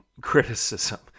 criticism